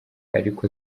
ariko